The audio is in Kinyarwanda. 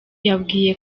yabwiye